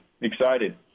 excited